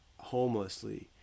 homelessly